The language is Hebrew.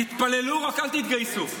תתפללו, רק אל תתגייסו.